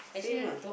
same ah